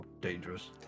dangerous